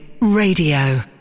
Radio